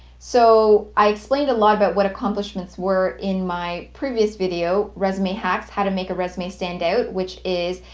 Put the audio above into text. so, i explained a lot about what accomplishments were in my previous video, resume hacks how to make a resume stand out which is,